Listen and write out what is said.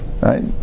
right